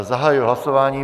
Zahajuji hlasování.